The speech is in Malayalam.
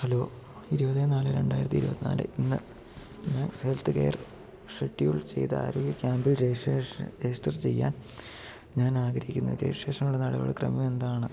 ഹലോ ഇരുപത് നാല് രണ്ടായിരത്തി ഇരുപത്തി നാല് ഇന്ന് ഹെൽത്ത് കെയർ ഷെഡ്യൂൾ ചെയ്ത ആരോഗ്യ ക്യാമ്പിൽ രെജിസ്ട്രേഷൻ രജിസ്റ്റർ ചെയ്യാൻ ഞാൻ ആഗ്രഹിക്കുന്നു രജിസ്ട്രേഷനുള്ള നടപടിക്രമം എന്താണ്